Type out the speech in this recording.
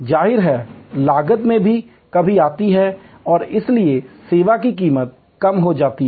जाहिर है लागत में भी कमी आती है और इसलिए सेवा की कीमत कम हो सकती है